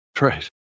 Right